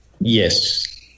Yes